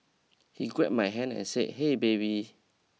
he grab my hand and say hey baby